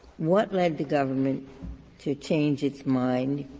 what led the government to change its mind?